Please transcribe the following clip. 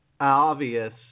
obvious